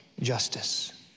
justice